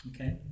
Okay